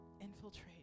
infiltrate